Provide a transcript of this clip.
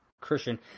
Christian